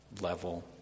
level